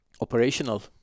operational